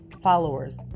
followers